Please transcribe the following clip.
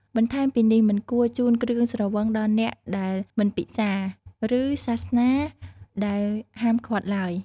បន្ថែមពីនេះ មិនគួរជូនគ្រឿងស្រវឹងដល់អ្នកដែលមិនពិសា ឬសាសនាដែលហាមឃាត់ឡើយ។